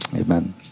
Amen